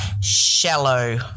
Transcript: shallow